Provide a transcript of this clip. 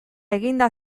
eginda